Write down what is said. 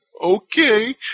okay